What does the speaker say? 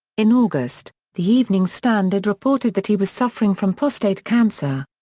in august, the evening standard reported that he was suffering from prostate cancer.